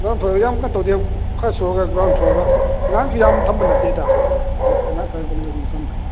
ꯌꯥꯝ ꯐꯔꯣꯏ ꯌꯥꯝꯅ ꯇꯧꯗꯦ ꯐꯥꯔꯁ ꯐ꯭ꯂꯣꯔꯒ ꯒ꯭ꯔꯥꯎꯟ ꯐ꯭ꯂꯣꯔꯒ ꯑꯉꯥꯡꯁꯨ ꯌꯥꯝ ꯊꯝꯕ ꯅꯠꯇꯦꯗ ꯑꯉꯥꯡ ꯈꯔꯗꯪꯗꯪ ꯊꯝꯕꯅꯤ